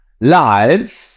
Live